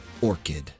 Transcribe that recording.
Orchid